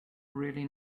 really